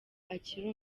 akiri